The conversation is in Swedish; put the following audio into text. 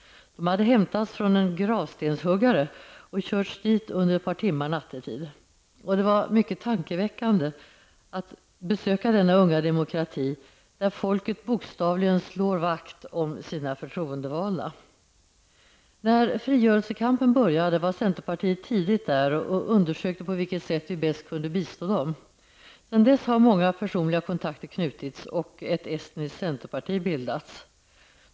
De hade hämtats från en gravstenshuggare och körts dit under ett par timmar nattetid. Det var mycket tankeväckande att besöka denna unga demokrati, där folket bokstavligen slår vakt om sina förtroendevalda. När frigörelsekampen började var centerpartiet tidigt där och undersökte på vilket sätt vi bäst kunde bistå esterna. Sedan dess har många personliga kontakter knutits och ett estniskt centerparti bildats.